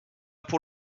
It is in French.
pour